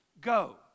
go